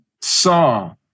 saw